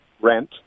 rent